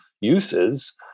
uses